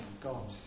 God